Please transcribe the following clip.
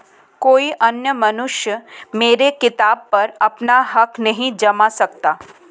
कोई अन्य मनुष्य मेरी किताब पर अपना हक नहीं जता सकता